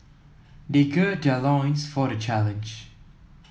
they gird their loins for the challenge